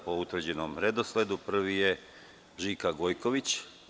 Po utvrđenom redosledu, prvi je Žika Gojković.